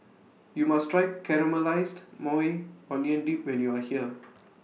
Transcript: YOU must Try Caramelized Maui Onion Dip when YOU Are here